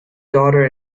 daughter